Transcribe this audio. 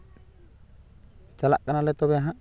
ᱪᱟᱞᱟᱜ ᱠᱟᱱᱟᱞᱮ ᱛᱚᱵᱮ ᱦᱟᱸᱜ